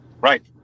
Right